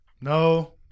No